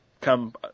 come